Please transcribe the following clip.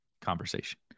conversation